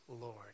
Lord